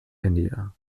india